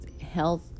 health